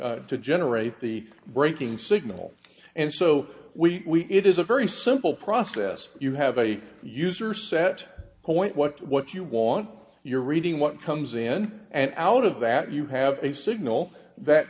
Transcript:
to generate the braking signal and so we it is a very simple process you have a user set point what what you want you're reading what comes in and out of that you have a signal that